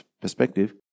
perspective